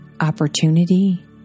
opportunity